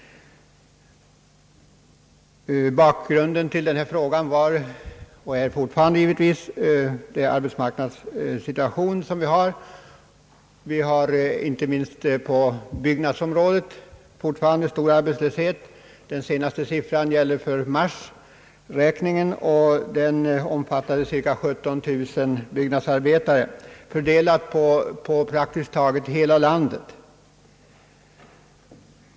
Bakgrunden till denna fråga är den nuvarande arbetsmarknadssituationen. Inte minst på byggnadsområdet har vi fortfarande stor arbetslöshet. Den senaste siffran gäller för mars och omfattade cirka 17000 byggnadsarbetare, fördelade på praktiskt taget hela landet.